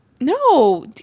No